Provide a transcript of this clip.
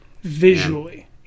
visually